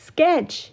Sketch